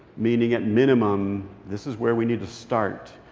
meaning, at minimum, this is where we need to start.